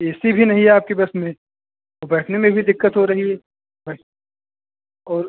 ए C भी नहीं है आपके बस में और बैठने में भी दिक्कत हो रही है बस और